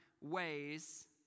ways